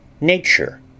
Nature